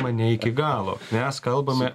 mane iki galo mes kalbame